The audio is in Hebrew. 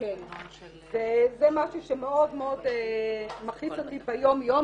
זה משהו שמאוד מאוד מכעיס אותי ביום יום.